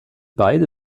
beide